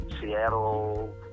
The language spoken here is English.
Seattle